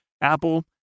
Apple